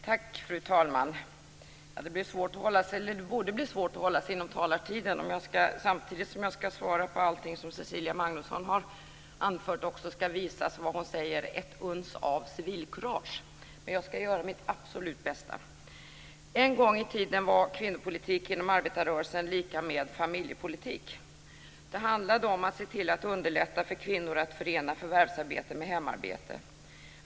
Fru talman! Det borde bli svårt att hålla sig inom talartiden om jag samtidigt som jag ska svara på allting som Cecilia Magnusson har anfört också ska visa vad hon kallar ett uns av civilkurage, men jag ska göra mitt absolut bästa. En gång i tiden var kvinnopolitik inom arbetarrörelsen lika med familjepolitik. Det handlade om att se till att underlätta för kvinnor att förena förvärvsarbete med hemarbete.